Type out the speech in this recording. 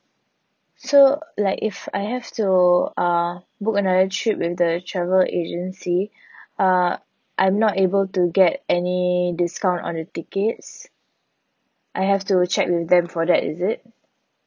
so like if I have to uh book another trip with the travel agency uh I'm not able to get any discount on the tickets I have to check with them for that is it